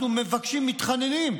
אנחנו מבקשים, מתחננים,